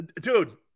dude